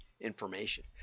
information